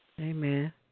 Amen